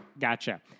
Gotcha